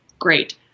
great